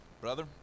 Brother